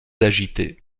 agitée